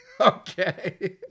Okay